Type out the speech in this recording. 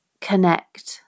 connect